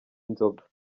inzoga